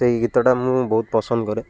ସେଇ ଗୀତଟା ମୁଁ ବହୁତ ପସନ୍ଦ କରେ